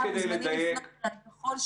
אז אני אשמח שיתקשר אליי בכל שעה,